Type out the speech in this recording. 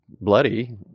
bloody